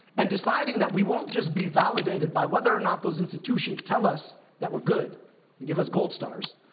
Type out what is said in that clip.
and deciding that we won't just be validated by whether or not those institutions tell us that we're good, and give us gold stars,